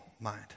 mind